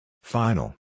Final